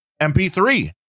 MP3